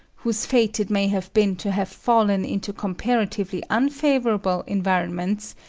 whose fate it may have been to have fallen into comparatively unfavourable environments,